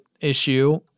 issue